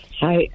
Hi